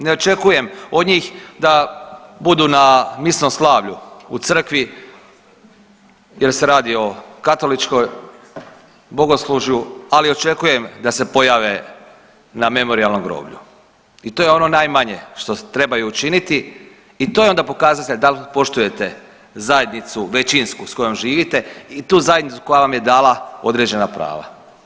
Ne očekujem od njih da budu na misnom slavlju u crkvi jer se radi o katoličkom bogoslužju, ali očekujem da se pojave na memorijalnom groblju i to je ono najmanje što trebaju učiniti i to je onda pokazatelj dal poštujete zajednicu većinsku s kojom živite i tu zajednicu koja vam je dala određena prava.